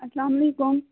اسلامُ علیکُم